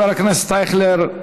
חבר הכנסת אייכלר,